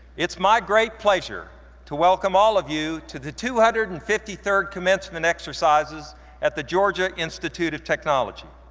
it's my great pleasure to welcome all of you to the two hundred and fifty third commencement exercises at the georgia institute of technology.